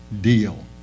deal